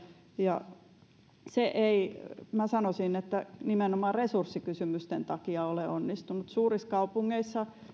ja minä sanoisin että nimenomaan resurssikysymysten takia ole onnistunut suurissa kaupungeissa